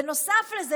בנוסף לזה,